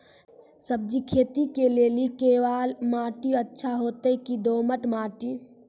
सब्जी खेती के लेली केवाल माटी अच्छा होते की दोमट माटी?